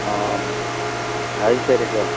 ஆ அது சரி சார்